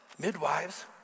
midwives